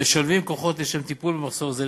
משלבים כוחות לשם טיפול במחסור זה.